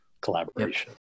collaboration